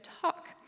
talk